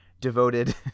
devoted